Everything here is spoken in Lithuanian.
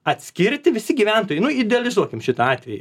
atskirti visi gyventojai nuo idealizuokim šitą atvejį